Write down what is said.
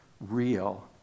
real